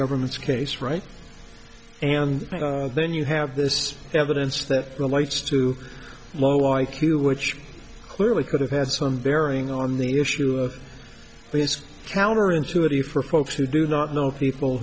government's case right and then you have this evidence that relates to low i q which clearly could have had some bearing on the issue but it's counter intuitive for folks who do not know people